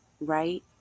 right